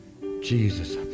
Jesus